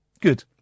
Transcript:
Good